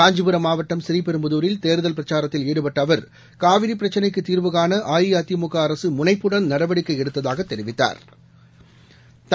காஞ்சிபுரம் மாவட்டம் ப்ரீபெரும்புதாரில் தேர்தல் பிரச்சாரத்தில் ஈடுபட்டஅவர் காவிரிபிரச்சினைக்குதீாவுகாண அஇஅதிமுக அரசுமுனைப்புடன் நடவடிக்கைஎடுத்ததாகதெரிவித்தாா்